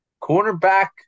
cornerback